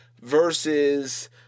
versus